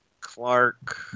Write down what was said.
Clark